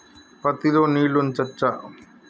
పత్తి లో నీళ్లు ఉంచచ్చా?